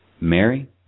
Mary